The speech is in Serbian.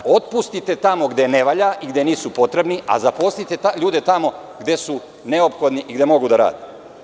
Otpustite tamo gde ne valja i gde nisu potrebni, a zaposlite ljude tamo gde su neophodni i gde mogu da rade.